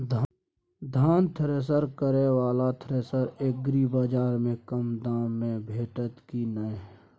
धान तैयार करय वाला थ्रेसर एग्रीबाजार में कम दाम में भेटत की नय?